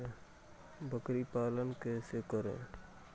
बकरी पालन कैसे करें?